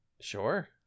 Sure